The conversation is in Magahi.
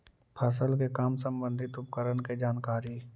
फसल के काम संबंधित उपकरण के जानकारी?